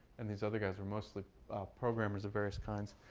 and these other guys are mostly programmers of various kinds.